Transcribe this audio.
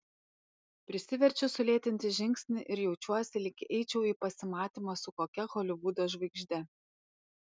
prisiverčiu sulėtinti žingsnį ir jaučiuosi lyg eičiau į pasimatymą su kokia holivudo žvaigžde